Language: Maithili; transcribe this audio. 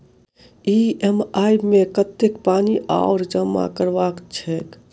ई.एम.आई मे कतेक पानि आओर जमा करबाक छैक?